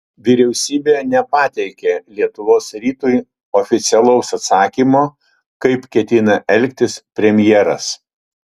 vyriausybė nepateikė lietuvos rytui oficialaus atsakymo kaip ketina elgtis premjeras